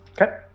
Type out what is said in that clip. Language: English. Okay